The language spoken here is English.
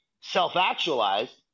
self-actualized